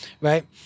right